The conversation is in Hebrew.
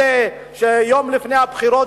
אלה שיום לפני הבחירות,